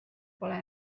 pole